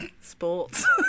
sports